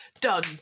Done